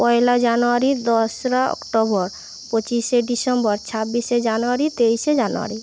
পয়লা জানুয়ারির দোসরা অক্টোবর পঁচিশে ডিসেম্বর ছাব্বিশে জানুয়ারি তেইশে জানুয়ারি